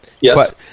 Yes